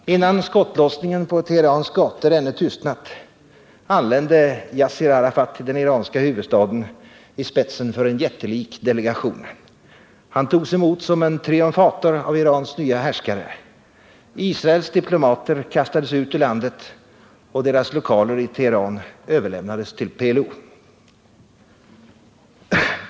Innan skottlossningen på Teherans gator ännu tystnat anlände Yasser Arafat till den iranska huvudstaden i spetsen för en jättelik delegation. Han togs emot som en triumfator av Irans nya härskare. Israels diplomater kastades ut ur landet, och deras lokaler i Teheran överlämnades till PLO.